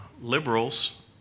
Liberals